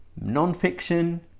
non-fiction